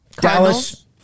Dallas